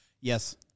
Yes